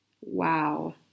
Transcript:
wow